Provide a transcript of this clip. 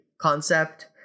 concept